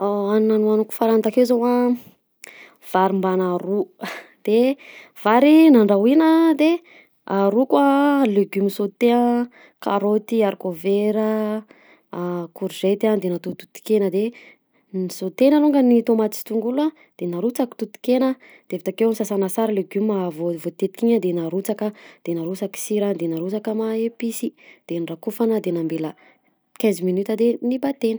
Hanina nohaniko farany takeo zao a vary mbana ro de vary nandrahoina de roko a legume sauté karaoty, arikovera, korzety a, de natao totokena de nisautena longany ny tomaty sy tongolo a de narotsaky totokena de avy takeo sasana sara legume avy voatetika iny a de narotsaka de narosaky sira de narosaka ma epice de norakofana de nambela quinze minute de nibataina.